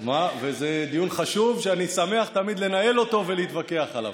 וזה דיון חשוב שאני שמח תמיד לנהל אותו ולהתווכח עליו,